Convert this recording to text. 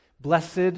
Blessed